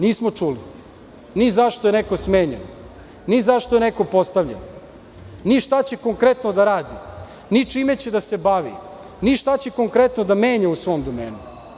Nismo čuli, ni zašto je neko smenjen, ni zašto je neko postavljen, ni šta će konkretno da radi, ni čime će da se bavi, ni šta će konkretno da menja u svom domenu.